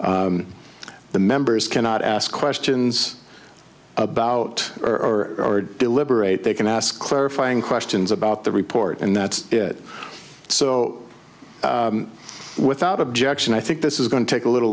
c the members cannot ask questions about or are deliberate they can ask clarifying questions about the report and that's it so without objection i think this is going to take a little